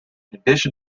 addition